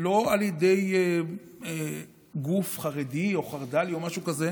לא על ידי גוף חרדי או חרד"לי או משהו כזה,